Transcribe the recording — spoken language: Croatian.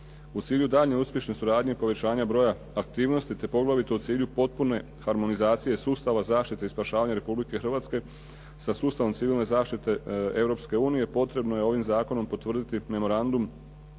U cilju daljnje uspješne suradnje, povećanja broja aktivnosti, te poglavito u cilju potpune harmonizacije sustava zaštite i spašavanja Republike Hrvatske sa sustavom civilne zaštite Europske unije. Potrebno je ovim zakonom potvrditi Memorandum